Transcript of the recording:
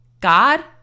God